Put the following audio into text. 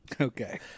Okay